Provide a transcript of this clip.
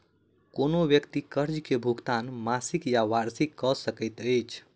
कोनो व्यक्ति कर्ज के भुगतान मासिक या वार्षिक कअ सकैत अछि